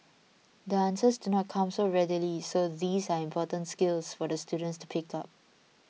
the answers do not come so readily so these are important skills for the students to pick up